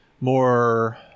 more